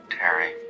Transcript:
Terry